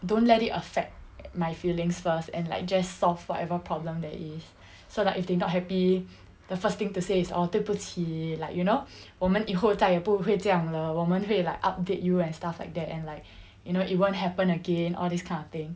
don't let it affect my feelings first and like just solve whatever problem there is so like if they're not happy the first thing to say it's orh 对不起 like you know 我们以后再也不会这样了我们会 like update you and stuff like that and like you know it won't happen again all this kind of thing